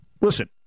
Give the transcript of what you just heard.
Listen